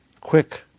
quick